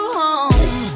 home